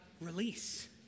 release